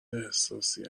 احساسی